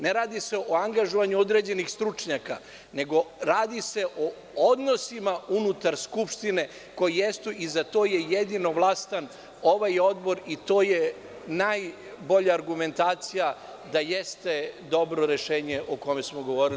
Ne radi se o angažovanju određenih stručnjaka, nego radi se o odnosima unutar Skupštine koji jesu i za to jedino vlastan ovaj odbor i to je najbolja argumentacija da jeste dobro rešenje o kome smo govorili.